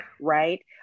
right